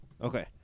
Okay